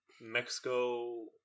Mexico